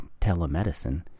telemedicine